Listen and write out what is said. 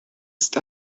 ist